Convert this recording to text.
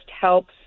helps